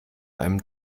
einem